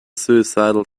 suicidal